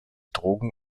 drogen